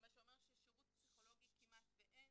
מה שאומר ששירות פסיכולוגי כמעט שאין.